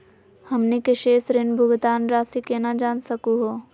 हमनी के शेष ऋण भुगतान रासी केना जान सकू हो?